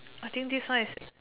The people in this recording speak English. I think this one is